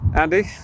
Andy